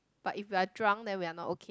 but if we are drunk then we are not okay